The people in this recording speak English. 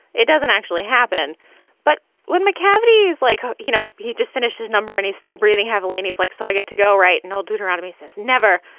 it doesn't actually happen but when mccafferty is like, you know, he just finished his number and he's still breathing heavily and he's like, so i got to go right now. deuteronomy says never.